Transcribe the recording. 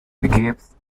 gives